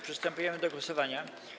Przystępujemy do głosowania.